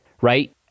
right